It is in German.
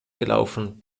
gelaufen